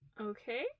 Okay